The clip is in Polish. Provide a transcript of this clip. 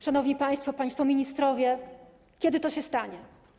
Szanowni państwo, państwo ministrowie, kiedy to się stanie?